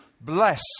bless